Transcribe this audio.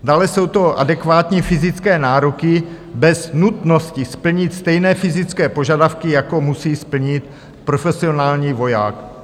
Dále jsou to adekvátní fyzické nároky bez nutnosti splnit stejné fyzické požadavky, jako musí splnit profesionální voják.